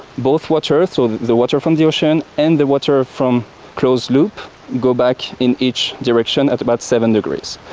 both water, so the the water from the ocean and the water ah from the closed loop go back in each direction at about seven degrees.